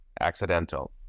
accidental